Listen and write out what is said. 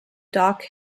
doc